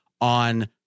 on